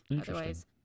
Otherwise